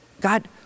God